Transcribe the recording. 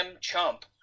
chump